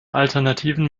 alternativen